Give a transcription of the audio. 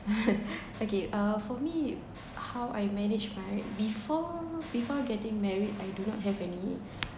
okay uh for me how I manage my before before getting married I do not have any